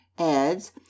adds